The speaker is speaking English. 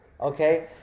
okay